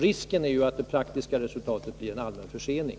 Risken är att det praktiska resultatet blir en allmän försening.